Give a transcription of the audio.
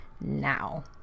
now